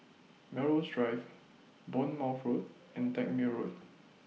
Melrose Drive Bournemouth Road and Tangmere Road